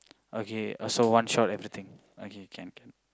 okay uh so one shot everything okay can can